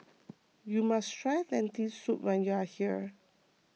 you must try Lentil Soup when you are here